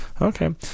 Okay